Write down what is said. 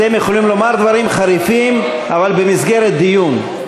אתם יכולים לומר דברים חריפים, אבל במסגרת דיון.